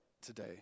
today